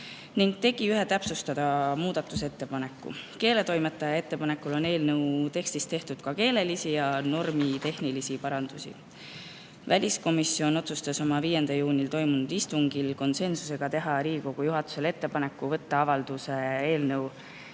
ning tegi ühe täpsustava muudatusettepaneku. Keeletoimetaja ettepanekul on eelnõu tekstis tehtud keelelisi ja normitehnilisi parandusi. Väliskomisjon otsustas 5. juunil toimunud istungil konsensusega teha Riigikogu juhatusele ettepaneku võtta avalduse eelnõu